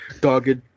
dogged